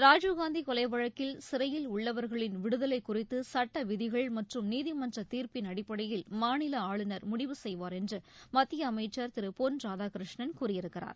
ராஜீவ்காந்தி கொலை வழக்கில் சிறையில் உள்ளவர்களின் விடுதலை குறித்து சட்ட விதிகள் மற்றும் நீதிமன்ற தீர்ப்பின் அடிப்படையில் மாநில ஆளுநர் முடிவு செய்வார் என்று மத்திய அமைச்சர் திரு பொன் ராதாகிருஷ்ணன் கூறியிருக்கிறார்